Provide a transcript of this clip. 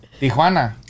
Tijuana